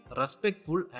respectful